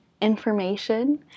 information